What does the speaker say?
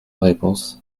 réponse